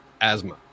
asthma